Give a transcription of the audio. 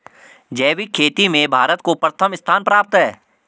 जैविक खेती में भारत को प्रथम स्थान प्राप्त है